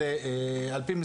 אני מבחינתי,